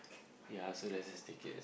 ya so let's just take it as